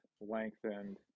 lengthened